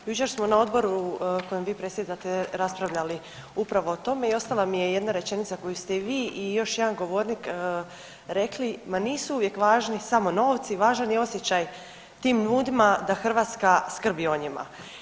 Jučer smo na Odboru kojim vi predsjedate raspravljali upravo o tome i ostala mi je jedna rečenica koju ste i vi i još jedan govornik rekli, ma nisu uvijek važni samo novci, važan je osjećaj tim ljudima da Hrvatska skrbi o njima.